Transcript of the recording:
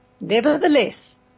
Nevertheless